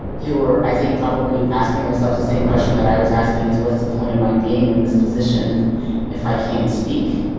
who are, i think, probably asking themselves the same question that i was asking is what's the point of my being in this position if i can't speak?